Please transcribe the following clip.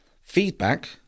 feedback